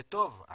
זה טוב,